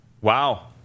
Wow